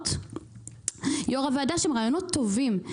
רעיונות טובים.